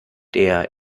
der